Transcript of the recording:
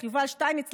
יובל שטייניץ,